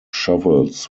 shovels